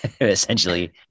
essentially